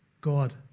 God